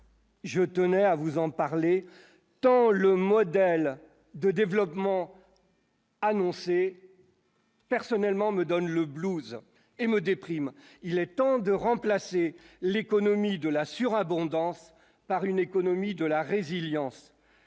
je tenais à vous en parler tant le modèle de développement. Annoncée. Personnellement, me donne le blues et me déprime, il est temps de remplacer l'économie de la surabondance par une économie de la résilience